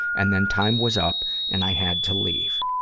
and then time was up and i had to leave.